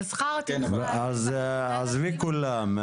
אז עזבי כולם.